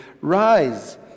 rise